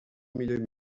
millor